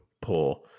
poor